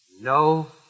No